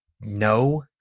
no